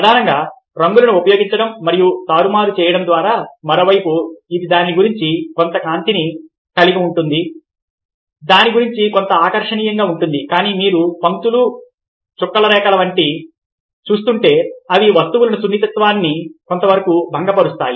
ప్రధానంగా రంగులను ఉపయోగించడం మరియు తారుమారు చేయడం ద్వారా మరోవైపు ఇది దాని గురించి కొంత కాంతిని కలిగి ఉంటుంది దాని గురించి కొంత ఆకర్షణీయంగా ఉంటుంది కానీ మీరు పంక్తులు చుక్కల రేఖలను చూస్తుంటే అవి వస్తువుల సున్నితత్వాన్ని కొంతవరకు భంగపరుస్తాయి